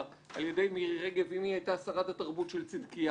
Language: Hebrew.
על ידי מירי רגב אם היא הייתה שרת התרבות של צדקיהו.